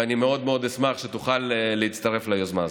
ואני מאוד מאוד אשמח שתוכל להצטרף ליוזמה הזאת.